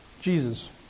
Jesus